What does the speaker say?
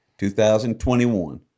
2021